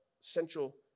Central